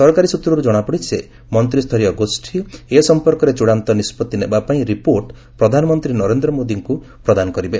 ସରକାରୀ ସୃତ୍ରରୁ ଜଣାପଡିଛି ଯେ ମନ୍ତ୍ରୀୟ ଗୋଷୀ ଏ ସମ୍ପର୍କରେ ଚୂଡାନ୍ତ ନିଷ୍ପଭି ନେବା ପାଇଁ ରିପୋର୍ଟକୁ ପ୍ରଧାନମନ୍ତ୍ରୀ ନରେନ୍ଦ୍ର ମୋଦିଙ୍କୁ ପ୍ରଦାନ କରିବେ